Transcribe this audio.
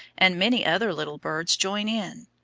and many other little birds join in.